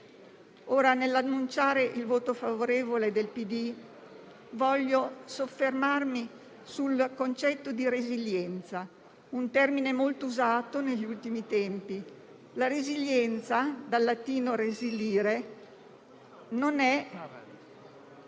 Ora, nell'annunciare il voto favorevole del PD, voglio soffermarmi sul concetto di resilienza, un termine molto usato negli ultimi tempi. La resilienza, dal latino *resilire*, è